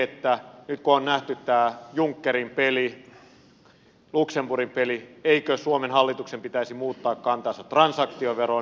nyt kun on nähty tämä junckerin peli luxemburgin peli eikö suomen hallituksen pitäisi muuttaa kantansa transaktioveroon